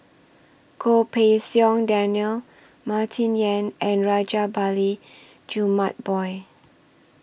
Goh Pei Siong Daniel Martin Yan and Rajabali Jumabhoy